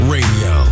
Radio